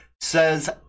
says